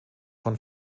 von